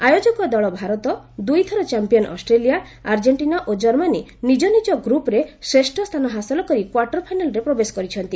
ଆୟୋଜକ ଦଳ ଭାରତ ଦୁଇଥର ଚମ୍ପିୟନ୍ ଅଷ୍ଟ୍ରେଲିଆ ଆର୍ଜେଷ୍ଟିନା ଓ ଜର୍ମାନୀ ନିଜ ନିଜ ଗ୍ରୁପ୍ରେ ଶ୍ରେଷ୍ଠସ୍ଥାନ ହାସଲ କରି କ୍ୱାର୍ଟର ଫାଇନାଲ୍ରେ ପ୍ରବେଶ କରିଛନ୍ତି